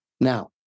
Now